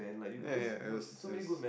ya ya it was it was